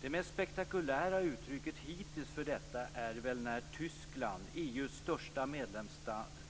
Det mest spektakulära uttrycket hittills för detta är när Tyskland, EU:s största